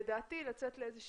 לדעתי יישאר לנו לצאת